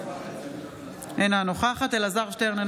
אינה נוכחת אלעזר שטרן,